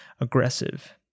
aggressive